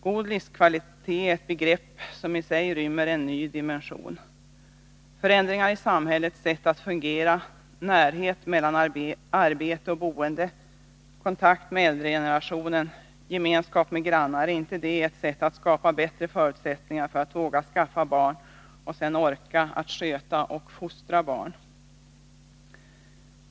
God livskvalitet är ett begrepp somi sig rymmer en ny dimension. Förändringar i samhällets sätt att fungera, närhet mellan arbete och boende, kontakt med äldre generationer, gemenskap med grannar — är inte det sätt att skapa bättre förutsättningar för att människor skall våga skaffa barn och sedan orka med att sköta och fostra barn?